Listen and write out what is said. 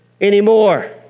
anymore